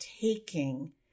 taking